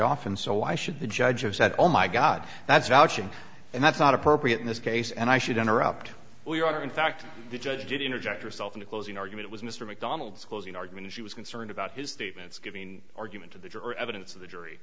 often so why should the judge of said oh my god that's vouching and that's not appropriate in this case and i should interrupt we are in fact the judge did interject yourself in the closing argument was mr macdonald's closing argument she was concerned about his statements given argument to the juror evidence of the jury